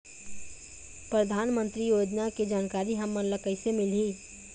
परधानमंतरी योजना के जानकारी हमन ल कइसे मिलही?